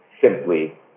simply